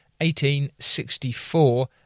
1864